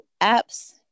apps